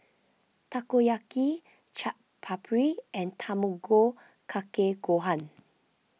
Takoyaki Chaat Papri and Tamago Kake Gohan